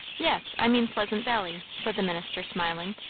yes. i mean pleasant valley, said the minister, smiling.